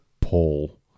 Paul